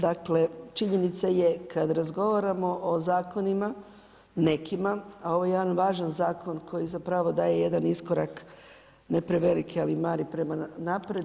Dakle, činjenica da kada razgovaramo o zakonima nekima, a ovo je jedan važan zakon koji zapravo daje jedan iskorak ne prevelik, ali mali prema naprijed.